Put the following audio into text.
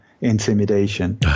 intimidation